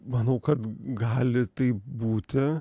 manau kad gali taip būti